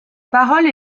parole